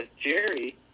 Jerry